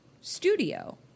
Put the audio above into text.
studio